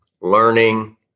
learning